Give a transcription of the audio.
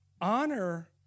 Honor